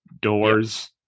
doors